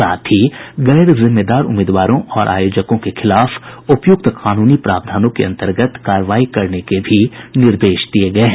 साथ ही गैर जिम्मेदार उम्मीदवारों और आयोजकों के खिलाफ उपयुक्त कानूनी प्रावधानों के अंतर्गत कार्रवाई करने के भी निर्देश दिये गये हैं